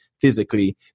physically